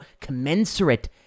commensurate